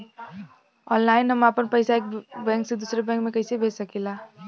Online हम आपन पैसा एक बैंक से दूसरे बैंक में कईसे भेज सकीला?